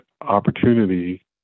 opportunity